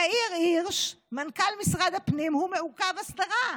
יאיר הירש, מנכ"ל משרד הפנים, הוא מעוכב הסדרה.